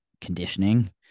conditioning